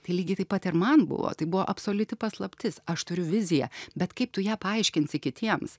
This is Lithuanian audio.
tai lygiai taip pat ir man buvo tai buvo absoliuti paslaptis aš turiu viziją bet kaip tu ją paaiškinsi kitiems